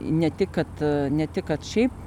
ne tik kad ne tik kad šiaip